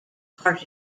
heart